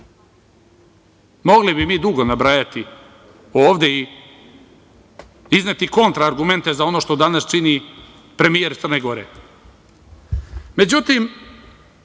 bi mi dugo nabrajati ovde i izneti kontra argumente za ono što danas čini premijer Crne Gore.